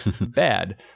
bad